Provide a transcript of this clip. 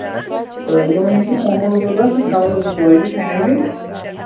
تہٕ یِمن چھُ کَمرٕ ضروٗرت نا کَمرٕ زٕ ژورِ فیملی